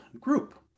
group